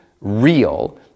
real